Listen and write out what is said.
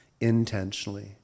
intentionally